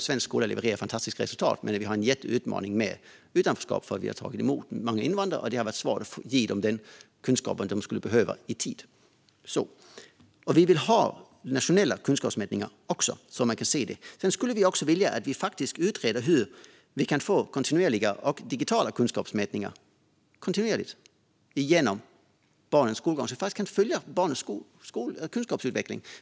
Svensk skola levererar fantastiska resultat men har en jätteutmaning när det gäller utanförskap eftersom Sverige har tagit emot många invandrare och eftersom det har varit svårt att ge dem den kunskap de skulle behöva i tid. Vi vill ha nationella kunskapsmätningar, så att man kan se detta. Vi skulle också vilja att man utreder hur Sverige kan få digitala kunskapsmätningar kontinuerligt genom barnens skolgång, så att man kan följa barnens kunskapsutveckling.